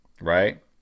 Right